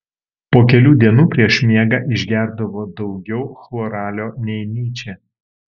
po kelių dienų prieš miegą išgerdavo daugiau chloralio nei nyčė